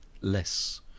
less